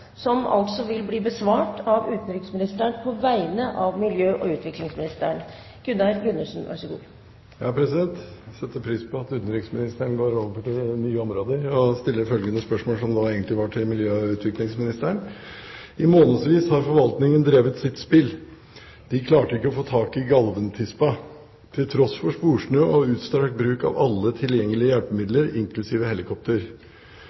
vil bli besvart av utenriksministeren på vegne av miljø- og utviklingsministeren, som er bortreist. Jeg setter pris på at utenriksministeren går over til nye områder, og stiller følgende spørsmål, som egentlig var til miljø- og utviklingsministeren: «I månedsvis har forvaltningen drevet sitt spill. De klarte ikke å få tak i Galven-tispa, til tross for sporsnø og utstrakt bruk av alle tilgjengelige hjelpemidler, inklusive helikopter.